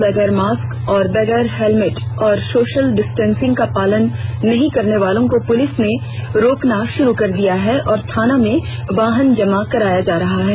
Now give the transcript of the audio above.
बगैर मास्क और बगैर हेलमेट और सोशल डिस्टेंसिन्ग का पालन नहीं करने के वालों को पुलिस ने रोकना शुरू कर दिया है और थाना में वाहन जमा कराया जा रहा है